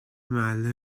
محله